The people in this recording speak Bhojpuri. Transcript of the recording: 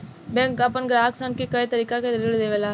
बैंक आपना ग्राहक सन के कए तरीका के ऋण देवेला